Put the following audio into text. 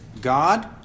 God